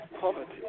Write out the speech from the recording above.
poverty